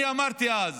אני אמרתי אז